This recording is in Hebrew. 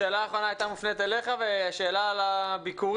השאלה האחרונה הייתה מופנית אליך והשאלה על הביקורים,